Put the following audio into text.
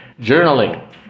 journaling